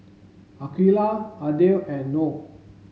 Aqeelah Aidil and Noh